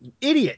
Idiot